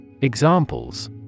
Examples